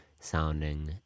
sounding